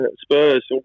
Spurs